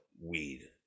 weed